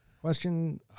question